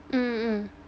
mmhmm